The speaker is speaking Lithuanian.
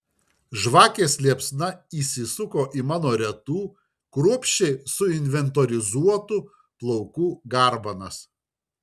žvakės liepsna įsisuko į mano retų kruopščiai suinventorizuotų plaukų garbanas